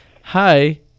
Hi